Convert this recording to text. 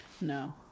No